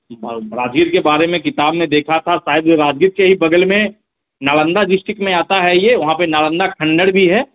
बहुत राजगीर के बारे में किताब में देखा था शायद में राजगीर के ही बगल में नालंदा डिस्टिक में आता है यह वहाँ पर नालंदक खंडर भी है